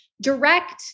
direct